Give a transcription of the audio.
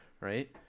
Right